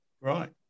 Right